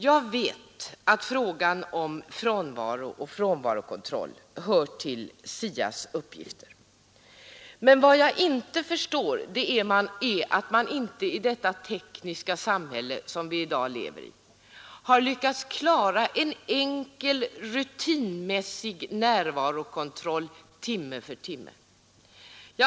Jag vet att frågan om frånvaro och frånvarokontroll hör till SIA :s uppgifter, men vad jag inte förstår är att man inte i detta tekniska samhälle, som vi i dag lever i, har lyckats klara en enkel rutinmässig närvarokontroll timme för timme.